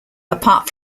apart